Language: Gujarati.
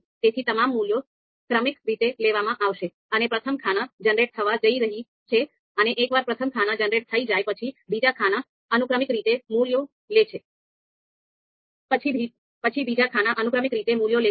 તેથી તમામ મૂલ્યો ક્રમિક રીતે લેવામાં આવશે અને પ્રથમ ખાના જનરેટ થવા જઈ રહી છે અને એકવાર પ્રથમ ખાના જનરેટ થઈ જાય પછી બીજા ખાના અનુક્રમિક રીતે મૂલ્યો લે છે